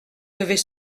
devait